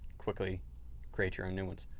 quickly create your own new ones.